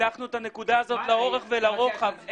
ניתחנו את הנקודה הזאת לאורך ולרוחב.